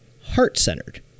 heart-centered